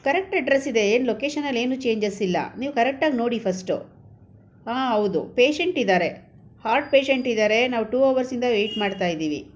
correct address ಇದೆ ಏನು ಲೊಕೇಶನಲ್ಲೇನು ಚೇಂಜಸ್ ಇಲ್ಲ ನೀವು ಕರೆಕ್ಟಾಗಿ ನೋಡಿ ಫಸ್ಟು ಆಂ ಹೌದು ಪೇಷಂಟ್ ಇದ್ದಾರೆ ಹಾರ್ಟ್ ಪೇಷಂಟ್ ಇದ್ದಾರೆ ನಾವು ಟೂ ಅವರ್ಸಿಂದ ವೇಯ್ಟ್ ಮಾಡ್ತಾ ಇದ್ದೀವಿ